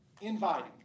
inviting